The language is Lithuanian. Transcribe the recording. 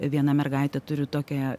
viena mergaitė turiu tokią